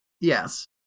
Yes